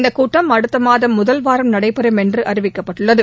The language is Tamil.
இந்தக் கூட்டம் அடுத்த மாதம் முதல் வாரம் நடைபெறும் என்று அறிவிக்கப்பட்டுள்ளது